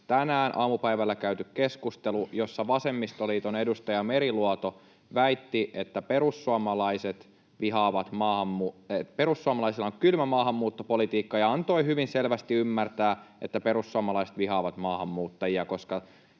tänään aamupäivällä käyty keskustelu, jossa vasemmistoliiton edustaja Meriluoto väitti, että perussuomalaisilla on kylmä maahanmuuttopolitiikka, ja antoi hyvin selvästi ymmärtää, että perussuomalaiset vihaavat maahanmuuttajia, koska